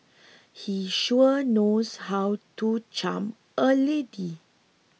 he sure knows how to charm a lady